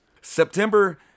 September